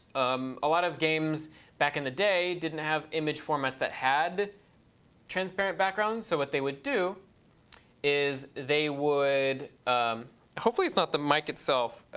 um a lot of games back in the day didn't have image formats that had transparent backgrounds. so what they would do is, they would um hopefully it's not the mic itself,